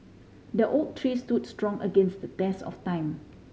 the oak tree stood strong against the test of time